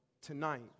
tonight